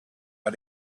how